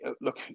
Look